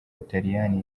butaliyani